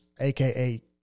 aka